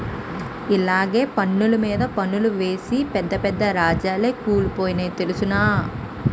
ఇలగ పన్నులు మీద పన్నులేసి పెద్ద పెద్ద రాజాలే కూలిపోనాయి తెలుసునా